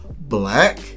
black